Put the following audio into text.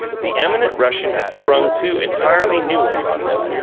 the eminent russian had sprung two entirely new ones on them,